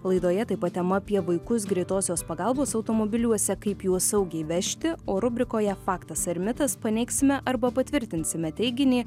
laidoje taip pat tema apie vaikus greitosios pagalbos automobiliuose kaip juos saugiai vežti o rubrikoje faktas ar mitas paneigsime arba patvirtinsime teiginį